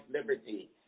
liberty